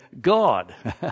God